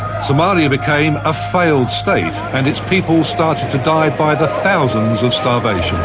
somalia became a failed state, and its people started to die by the thousands of starvation.